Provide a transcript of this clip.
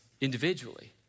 individually